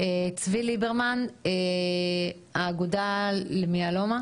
צבי זילברמן מהאגודה למיאלומה.